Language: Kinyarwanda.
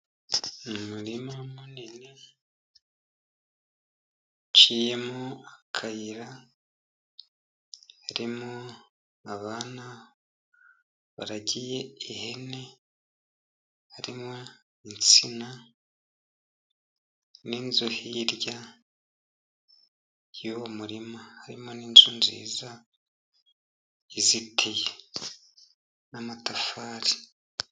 Umurima munini uciyemo akayira, urimo abana baragiye ihene, harimo insina, n'inzu hirya y'uwo murima, harimo n'inzu nziza izitiye n'amatafari.